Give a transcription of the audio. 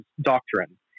doctrine